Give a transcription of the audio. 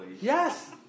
yes